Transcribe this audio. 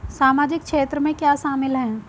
सामाजिक क्षेत्र में क्या शामिल है?